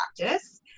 practice